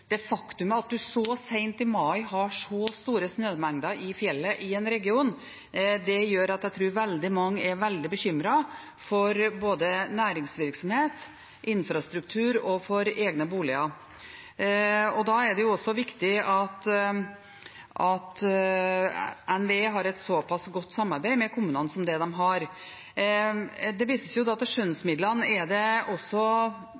så sent i mai har så store snømengder i fjellet i en region. Det gjør at jeg tror veldig mange er veldig bekymret, både for næringsvirksomhet, infrastruktur og for egne boliger. Da er det også viktig at NVE har et såpass godt samarbeid med kommunene som det de har. Det vises til skjønnsmidlene: Er det også